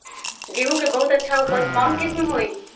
गेंहू के बहुत अच्छा उपज कौन किस्म होई?